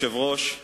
אדוני היושב-ראש,